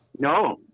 No